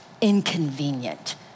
inconvenient